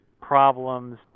problems